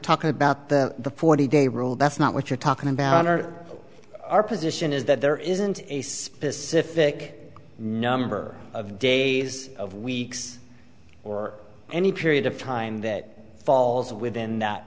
talking about the forty day rule that's not what you're talking about honor our position is that there isn't a specific number of days of weeks or any period of time that falls within that